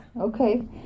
Okay